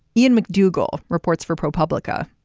ian mcdougall reports for propublica.